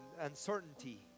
uncertainty